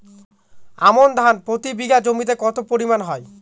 আমন ধান প্রতি বিঘা জমিতে কতো পরিমাণ হয়?